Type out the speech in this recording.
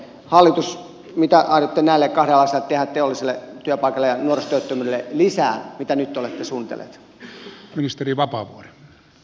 hallitus mitä aiotte näille kahdelle asialle teollisille työpaikoille ja nuorisotyöttömyydelle tehdä lisää siihen mitä nyt olette suunnitelleet